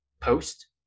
post